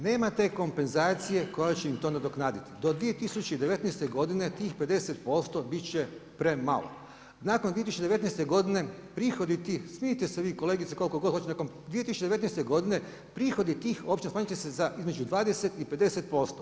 Nema te kompenzacije koja će im to nadoknaditi do 2019. godine tih 50% bit će premalo, nakon 2019. godine prihodi tih, smijte se vi kolegice koliko god hoćete, nakon 2019. godine prihodi tih općina smanjit će se za između 20 i 50%